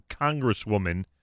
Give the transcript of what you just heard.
Congresswoman